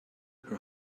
her